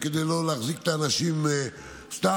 כדי לא להחזיק את האנשים סתם.